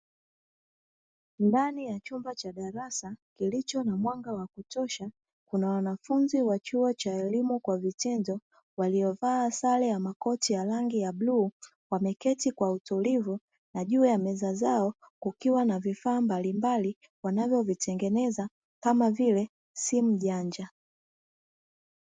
Ndani ya chumba cha darasa kilicho na mwanga wa kutosha kuna wanafunzi wa chuo cha elimu kwa vitendo, waliovaa sare ya makoti ya rangi ya bluu, wameketi kwa utulivu na juu ya meza zao kukiwa na vifaa mbalimbali wanavyovitengeneza kama vile simu janja.